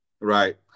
Right